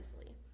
easily